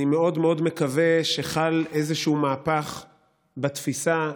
אני מאוד מאוד מקווה שחל איזשהו מהפך בתפיסה,